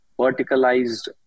verticalized